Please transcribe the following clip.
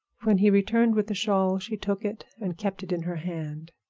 when he returned with the shawl she took it and kept it in her hand.